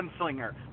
gunslinger